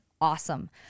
awesome